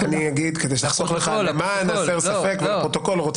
למען הסר ספק ולפרוטוקול,